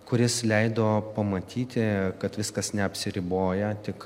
kuris leido pamatyti kad viskas neapsiriboja tik